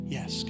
Yes